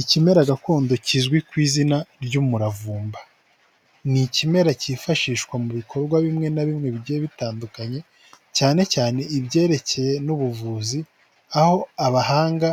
Ikimera gakondo kizwi ku izina ry'umuravumba ni ikimera cyifashishwa mu bikorwa bimwe na bimwe bigiye bitandukanye cyane cyane ibyerekeye n'ubuvuzi, aho abahanga